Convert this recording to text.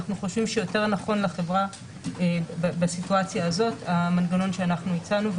אנחנו חושבים שיותר נכון לחברה בסיטואציה הזאת המנגנון שאנחנו הצענו.